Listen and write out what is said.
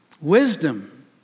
Wisdom